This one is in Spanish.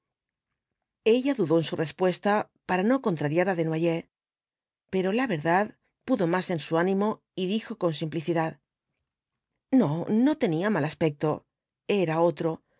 ella dudó en su respuesta por no contrariar á desnoyers pero la verdad pudo más en su ánimo y dijo con simplicidad no no tenía mal aspecto era otro